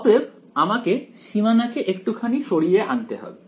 অতএব আমাকে সীমানাকে একটুখানি সরিয়ে আনতে হবে